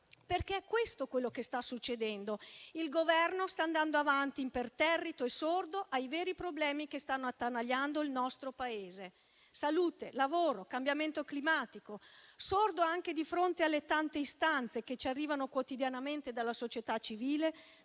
È questo quello che sta succedendo. Il Governo sta andando avanti imperterrito e sordo ai veri problemi che stanno attanagliando il nostro Paese: salute, lavoro, cambiamento climatico. È sordo anche di fronte alle tante istanze che ci arrivano quotidianamente dalla società civile,